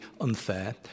unfair